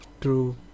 True